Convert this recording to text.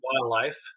wildlife